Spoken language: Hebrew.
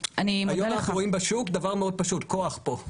היום אנחנו רואים בשוק דבר מאוד פשוט: כוח פה.